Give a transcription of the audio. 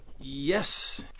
Yes